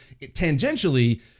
tangentially